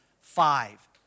five